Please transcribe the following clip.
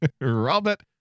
Robert